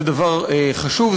זה דבר חשוב,